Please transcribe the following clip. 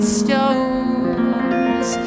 stones